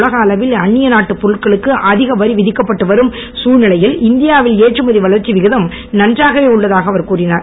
உலக அளவில் அன்னிய நாட்டு பொருட்களுக்கு அதிக வரி விதிக்கப்பட்டு வரும் தூழலில் இந்தியாவின் ஏற்றுமதி வளர்ச்சி விகிதம் நன்றாகவே உள்ளதாக அவர் கூறினார்